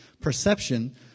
perception